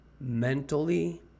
mentally